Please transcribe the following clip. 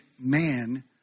man